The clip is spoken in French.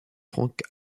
frank